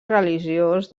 religiós